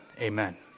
Amen